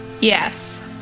Yes